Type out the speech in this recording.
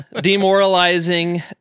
demoralizing